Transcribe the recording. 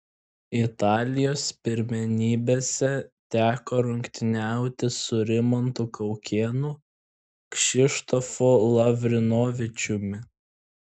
italijos pirmenybėse teko rungtyniauti su rimantu kaukėnu kšištofu lavrinovičiumi